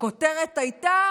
הכותרת הייתה